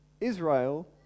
Israel